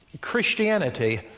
Christianity